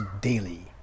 daily